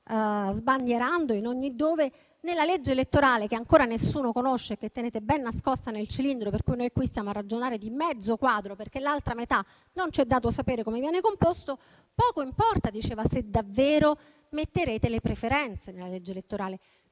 sbandierando in ogni dove, la legge elettorale, che ancora nessuno conosce e che tenete ben nascosta nel cilindro, per cui in questa sede stiamo ragionando di mezzo quadro, perché l'altra metà non ci è dato sapere come verrà composta. Poco importa se davvero metterete le preferenze nella legge elettorale,